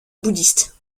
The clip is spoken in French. bouddhistes